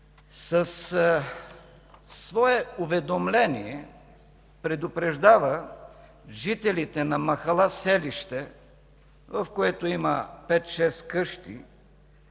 със свое уведомление предупреждава жителите на махала „Селище”, в която има 5 – 6 къщи,